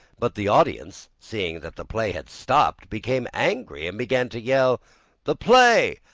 but the audience, seeing that the play had stopped, became angry and began to yell the play,